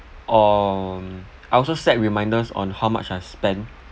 or um I also set reminders on how much I spent